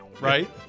right